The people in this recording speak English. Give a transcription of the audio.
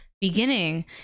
beginning